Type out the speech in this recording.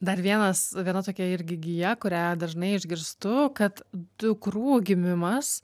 dar vienas viena tokia irgi gija kurią dažnai išgirstu kad dukrų gimimas